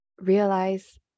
realize